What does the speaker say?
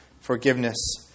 forgiveness